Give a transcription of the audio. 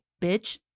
bitch